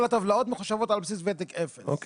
כל הטבלאות מחושבות על בסיס וותק 0. אוקיי,